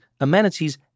amenities